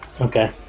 Okay